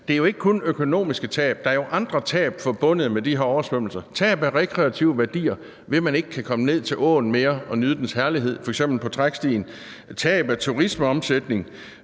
at der jo ikke kun er økonomiske tab. Der er jo andre tab forbundet med de her oversvømmelser. Det er tab af rekreative værdier, fordi man ikke mere kan komme ned til åen og nyde dens herlighed f.eks. på trækstien; tab af turismeomsætning;